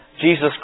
Jesus